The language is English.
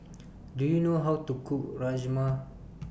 Do YOU know How to Cook Rajma